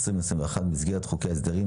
במסגרת חוק ההסדרים,